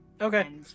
okay